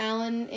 Alan